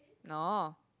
no